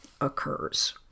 occurs